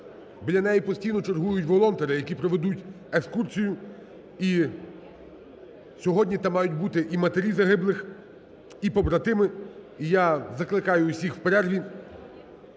біля неї постійно чергують волонтери, які проведуть екскурсію. І сьогодні там мають бути і матері загиблих, і побратими. І я закликаю усіх у перерві